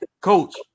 Coach